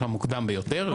המוקדם ביותר,